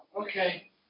Okay